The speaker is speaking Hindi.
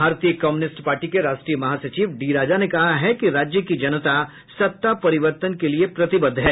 भारतीय कम्युनिस्ट पार्टी के राष्ट्रीय महासचिव डी राजा ने कहा है कि राज्य की जनता सत्ता परिवर्तन के लिये प्रतिबद्ध है